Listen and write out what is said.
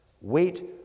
wait